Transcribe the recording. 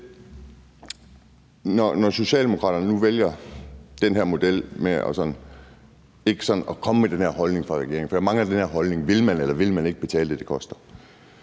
at Socialdemokraterne nu vælger den her model med ikke at udtale sig om regeringens holdning, og jeg mangler den her holdning. Vil man, eller vil man ikke betale det, det koster?